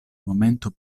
momento